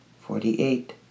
Forty-eight